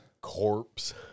corpse